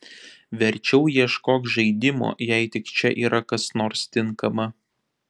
verčiau ieškok žaidimo jei tik čia yra kas nors tinkama